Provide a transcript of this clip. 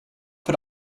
put